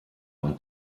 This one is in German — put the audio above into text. und